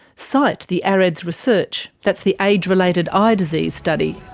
cite the areds research, that's the age related eye disease study,